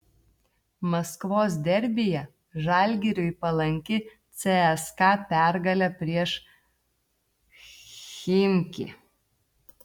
maskvos derbyje žalgiriui palanki cska pergalė prieš chimki